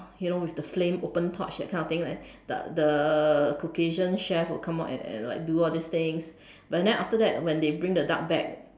you know with the flame open torch that kind of thing then the the Caucasian chef will come out and and do all these things but after that when they bring the duck back